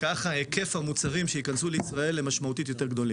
ככה היקף המוצרים שייכנסו לישראל יהיה משמעותית יותר גדול.